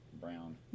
Brown